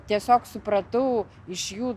tiesiog supratau iš jų